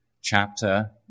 chapter